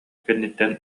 кэнниттэн